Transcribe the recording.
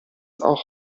auch